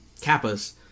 Kappa's